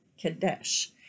Kadesh